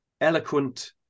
eloquent